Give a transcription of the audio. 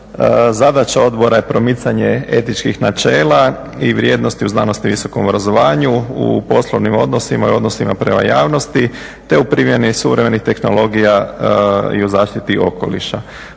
Zadaća odbora je promicanje etičkih načela i vrijednosti u znanosti i visokom obrazovanju, u poslovnim odnosima i odnosima prema javnosti te u primjeni suvremenih tehnologija i u zaštiti okoliša.